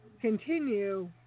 continue